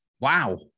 Wow